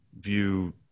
view